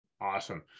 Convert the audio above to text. Awesome